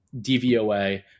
DVOA